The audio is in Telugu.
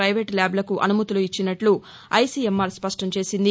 పైవేట్ ఇంల్యాబ్లకు అనుమతులు ఇచ్చినట్టు ఐసీఎంఆర్ స్పష్టంచేసింది